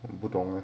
不懂